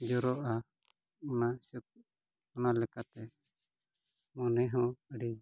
ᱡᱚᱨᱚᱜᱼᱟ ᱚᱱᱟ ᱦᱤᱥᱟᱹᱵᱽ ᱚᱱᱟ ᱞᱮᱠᱟᱛᱮ ᱢᱚᱱᱮ ᱦᱚᱸ ᱟᱹᱰᱤ